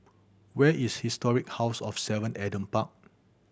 where is Historic House of Seven Adam Park